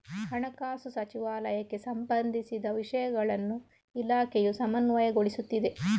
ಹಣಕಾಸು ಸಚಿವಾಲಯಕ್ಕೆ ಸಂಬಂಧಿಸಿದ ವಿಷಯಗಳನ್ನು ಇಲಾಖೆಯು ಸಮನ್ವಯಗೊಳಿಸುತ್ತಿದೆ